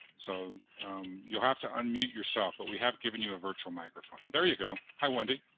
so you'll have to unmute yourself, but we have given you a virtual microphone. there you go. hi, wendy.